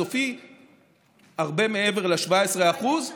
הסופי הרבה מעבר ל-17% בבחינה רצינית.